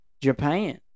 Japan